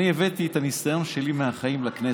אני הבאתי את הניסיון שלי מהחיים לכנסת.